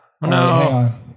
No